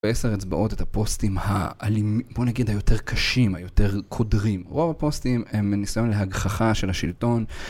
בעשר אצבעות את הפוסטים האלימים, בוא נגיד היותר קשים, היותר קודרים רוב הפוסטים הם ניסיון להגחכה של השלטון